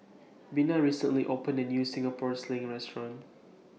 Bina recently opened A New Singapore Sling Restaurant